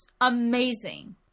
amazing